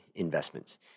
Investments